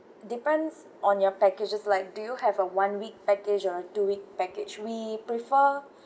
depends on your packages like do you have a one week package or a two package we prefer